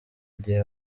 igihe